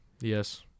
Yes